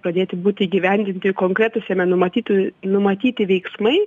pradėti būti įgyvendinti konkretūs jame numatyti numatyti veiksmai